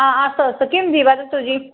हा अस्तु अस्तु किं जि वदतु जि